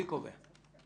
מי קובע?